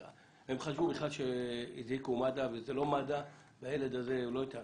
הם חשבו שהזעיקו את מד"א אבל זה לא היה מד"א והילד הזה לא אתנו.